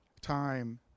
time